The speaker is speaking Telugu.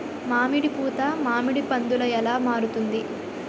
మామిడి పూత మామిడి పందుల ఎలా మారుతుంది?